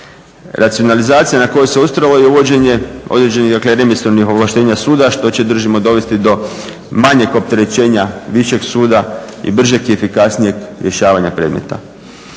Racionalizacija na kojoj se ustrajalo je uvođenje određenih dakle … ovlaštenja suda što će držimo dovesti do manjeg opterećenja višeg suda i bržeg i efikasnijeg rješavanja predmeta.